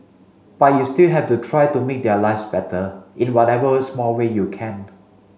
but you still have to try to make their lives better in whatever small way you can